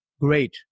great